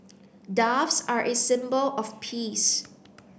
doves are a symbol of peace